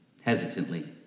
hesitantly